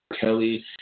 Kelly